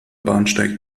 bahnsteig